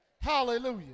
Hallelujah